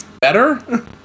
better